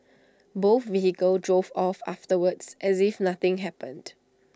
both vehicles drove off afterwards as if nothing happened